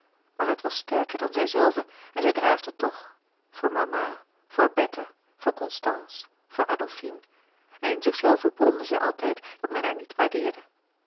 maar het was sterker dan zijzelve en zij draafde toch voor mama voor bertha voor constance voor adolfine en in zichzelve bromde zij altijd dat men haar niet waardeerde